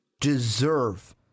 deserve